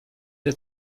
der